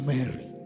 Mary